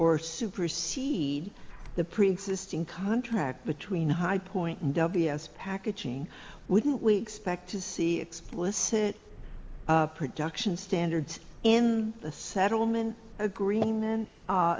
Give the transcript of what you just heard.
or supersede the preexisting contract between highpoint and debbie as packaging wouldn't we expect to see explicit production standards in the settlement agreement